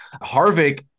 Harvick